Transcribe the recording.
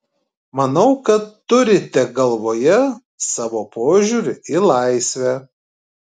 manau kad turite galvoje savo požiūrį į laisvę